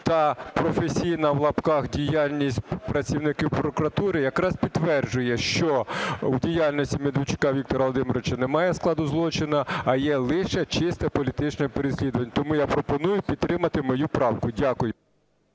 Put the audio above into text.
та "професійна" (в лапках) діяльність працівників прокуратури якраз підтверджує, що в діяльності Медведчука Віктора Володимировича немає складу злочину, а є лише чисте політичне переслідування. Тому я пропоную підтримати мою правку. Дякую.